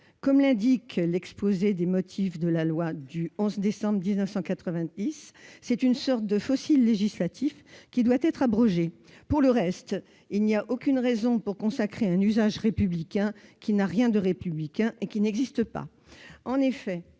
comme l'indique l'exposé des motifs de la loi du 11 décembre 1990, c'est une sorte de fossile législatif, qui doit être abrogé. Pour le reste, il n'y a aucune raison de consacrer un « usage républicain » qui n'a rien de républicain et qui n'existe pas !